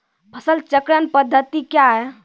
फसल चक्रण पद्धति क्या हैं?